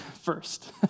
first